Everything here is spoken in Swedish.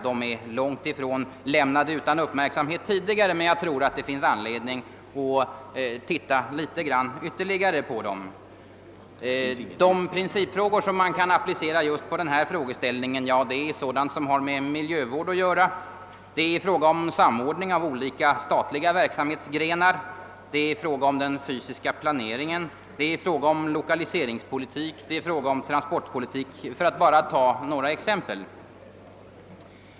De är långt ifrån lämnade utan uppmärksamhet tidigare, men jag tror att det finns anledning att titta litet grand ytterligare på dem. De principfrågor som man kan applicera på just denna frågeställning är sådana som har med miljövård att göra. Det är fråga om samordningen av olika statliga verksamhetsgrenar, det är fråga om den fysiska planeringen, det är fråga om lokaliseringspolitik och transportpolitik, för att nämna några exempel.